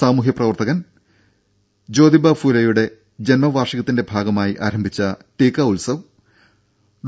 സാമൂഹ്യ പ്രവർത്തകർ ജ്യോതിബ ഫൂലെയുടെ ജന്മവാർഷികത്തിന്റെ ഭാഗമായി ആരംഭിച്ച ടീക്ക ഉത്സവ് ഡോ